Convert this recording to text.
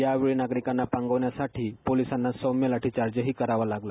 यावेळी नागरिकांना पांगवण्यासाठी पोलिसांना सौम्य लाठीचार्जही करावा लागला